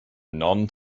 non